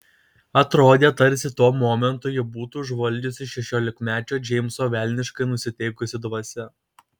atrodė tarsi tuo momentu jį būtų užvaldžiusi šešiolikmečio džeimso velniškai nusiteikusi dvasia